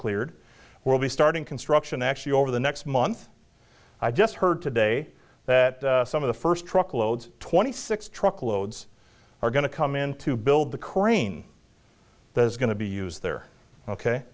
cleared will be starting construction actually over the next month i just heard today that some of the first truck loads twenty six truck loads are going to come in to build the crane that is going to be used there ok